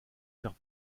faire